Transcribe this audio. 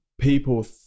people